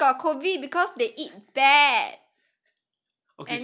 that's why now got COVID because they eat that